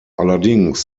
allerdings